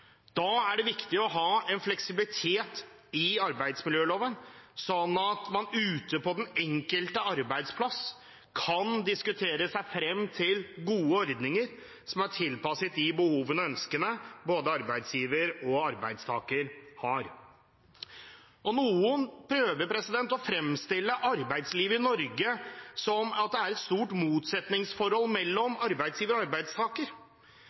Da er det viktig å ha en fleksibilitet i arbeidsmiljøloven, slik at man ute på den enkelte arbeidsplass kan diskutere seg frem til gode ordninger som er tilpasset de behovene og ønskene både arbeidsgiver og arbeidstaker har. Noen prøver å fremstille arbeidslivet i Norge som at det er et stort motsetningsforhold mellom arbeidsgiver og arbeidstaker.